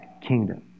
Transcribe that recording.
kingdom